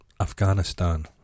Afghanistan